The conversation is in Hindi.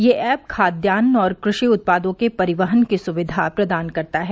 यह ऐप खाद्यान्न और कृषि उत्पादों के परिवहन की सुविधा प्रदान करता है